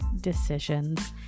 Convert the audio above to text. decisions